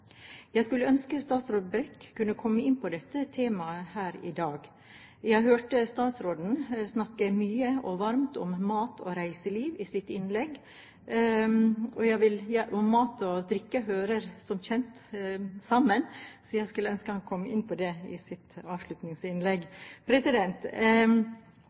Jeg skulle ønske statsråd Brekk kunne komme inn på dette temaet her i dag. Jeg hørte statsråden snakke mye og varmt om mat og reiseliv i sitt innlegg. Mat og drikke hører som kjent sammen, så jeg skulle ønske han kom inn på det i sitt avslutningsinnlegg.